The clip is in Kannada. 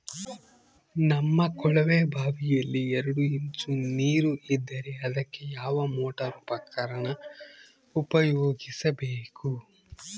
ನಮ್ಮ ಕೊಳವೆಬಾವಿಯಲ್ಲಿ ಎರಡು ಇಂಚು ನೇರು ಇದ್ದರೆ ಅದಕ್ಕೆ ಯಾವ ಮೋಟಾರ್ ಉಪಯೋಗಿಸಬೇಕು?